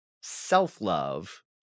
self-love